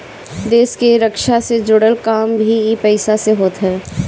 देस के रक्षा से जुड़ल काम भी इ पईसा से होत हअ